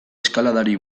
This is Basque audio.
eskaladari